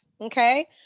Okay